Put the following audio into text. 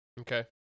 okay